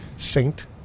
Saint